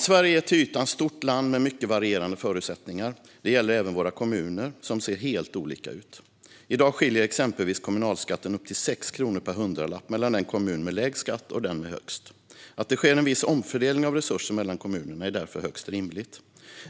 Sverige är ett till ytan stort land med mycket varierande förutsättningar. Det gäller även våra kommuner, som ser helt olika ut. I dag skiljer sig exempelvis kommunalskatten med upp till 6 kronor per hundralapp mellan den kommun som har lägst skatt och den som har högst. Att det sker viss omfördelning av resurser mellan kommunerna är därför högst rimligt.